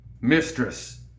Mistress